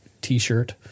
T-shirt